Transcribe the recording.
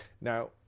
Now